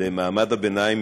למעמד הביניים,